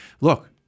look